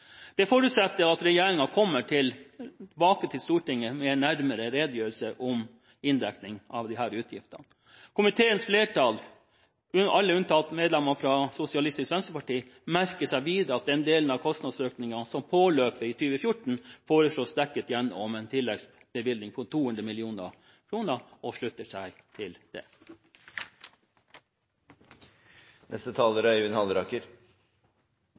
Det forutsetter at regjeringen kommer tilbake til Stortinget med en nærmere redegjørelse for inndekning av disse utgiftene. Komiteens flertall, alle unntatt medlemmet fra Sosialistisk Venstreparti, merker seg videre at den delen av kostnadsøkningen som påløper i 2014, foreslås dekket gjennom en tilleggsbevilgning på 200 mill. kr og slutter seg til